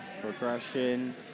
Progression